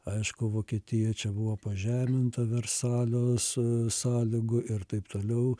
aišku vokietija čia buvo pažeminta versalio są sąlygų ir taip toliau